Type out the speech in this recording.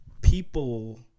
people